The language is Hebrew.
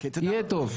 יהיה טוב.